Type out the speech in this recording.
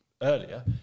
earlier